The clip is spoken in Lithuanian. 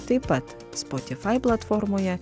taip pat spotifai platformoje